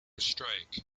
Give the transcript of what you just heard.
strike